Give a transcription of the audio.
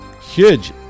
huge